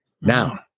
Now